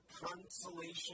consolation